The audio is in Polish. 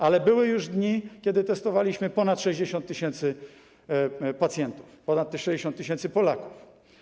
Ale były już dni, kiedy testowaliśmy ponad 60 tys. pacjentów, ponad 60 tys. Polaków.